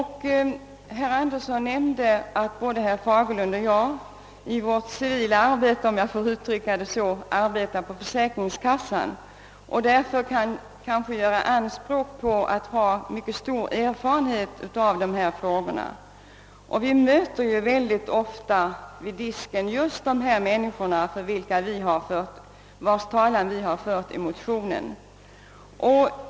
Herr Anderson nämnde att både herr Fagerlund och jag i vårt privata arbete är anställda hos försäkringskassan och därför kan göra anspråk på att ha en mycket stor erfarenhet av dessa frågor. Vi möter mycket ofta vid disken de människor, vilkas talan vi fört i motionerna.